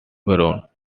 ground